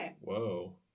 Whoa